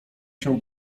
się